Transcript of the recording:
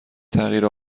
تغییر